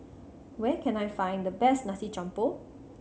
where can I find the best nasi jampur